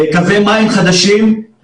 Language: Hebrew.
קווי מים חדשים.